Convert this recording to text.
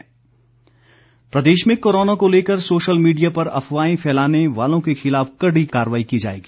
चेतावनी प्रदेश में कोरोना को लेकर सोशल मीडिया पर अफवाहें फैलाने वालों के खिलाफ कड़ी कार्रवाई की जाएगी